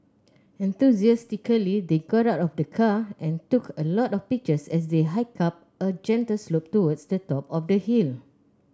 enthusiastically they got out of the car and took a lot of pictures as they hiked up a gentle slope towards the top of the hill